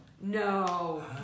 No